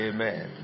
Amen